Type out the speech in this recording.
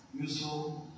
useful